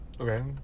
Okay